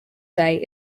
day